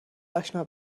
اشنا